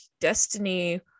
Destiny